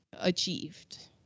achieved